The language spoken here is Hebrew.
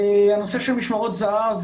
הנושא של משמרות זה"ב